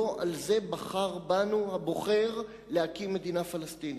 לא על זה בחר בנו הבוחר, להקים מדינה פלסטינית,